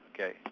Okay